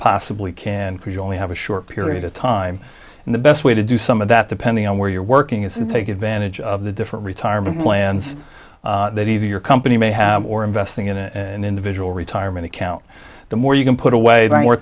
possibly can because you only have a short period of time and the best way to do some of that depending on where you're working is and take advantage of the different retirement plans that either your company may have or investing in the visual retirement account the more you can put away